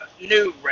new